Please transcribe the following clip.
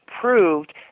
proved